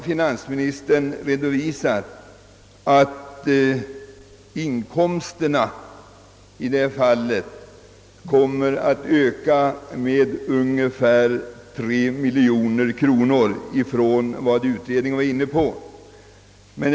Finansministern har också redovisat att inkomsterna kommer att öka med ungefär 3 miljoner kronor jämfört med vad utredningen angivit.